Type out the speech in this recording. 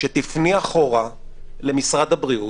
לפנות אחורה למשרד הבריאות,